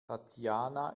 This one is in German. tatjana